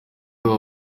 abo